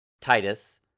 Titus